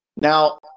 Now